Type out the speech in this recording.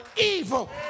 evil